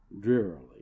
drearily